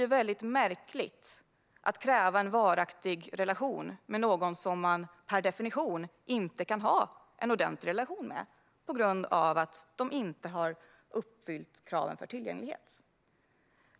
Det blir märkligt att kräva en varaktig relation med någon som man per definition inte kan ha en ordentlig relation med, på grund av att denne inte har uppfyllt kraven på tillgänglighet.